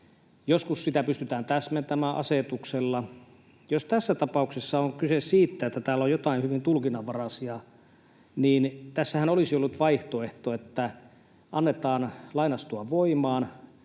Joskus sitä pystytään täsmentämään asetuksella. Jos tässä tapauksessa on kyse siitä, että täällä on jotain hyvin tulkinnanvaraista, niin tässähän olisi ollut vaihtoehtona, että annetaan lain astua voimaan